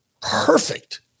Perfect